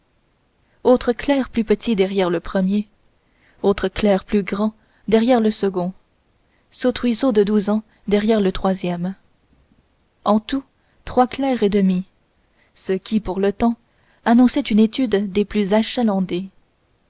autre clerc plus petit derrière le premier autre clerc plus grand derrière le second saute-ruisseau de douze ans derrière le troisième en tout trois clercs et demi ce qui pour le temps annonçait une étude des plus achalandées